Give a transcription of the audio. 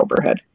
overhead